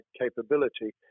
capability